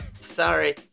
sorry